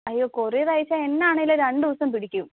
അയ്യോ കൊറിയർ അയച്ചാൽ എന്നാ ആണെങ്കിലും രണ്ട് ദിവസം പിടിക്കും